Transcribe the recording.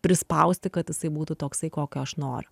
prispausti kad jisai būtų toksai kokio aš noriu